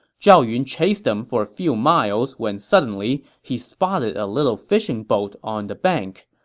zhao yun chased them for a few miles when suddenly, he spotted a little fishing boat on the bank.